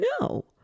no